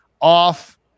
off